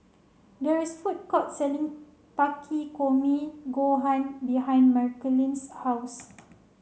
there is a food court selling Takikomi Gohan behind Marceline's house